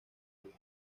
del